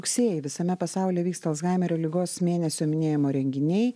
rugsėjį visame pasaulyje vyksta alzhaimerio ligos mėnesio minėjimo renginiai